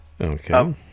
Okay